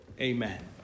Amen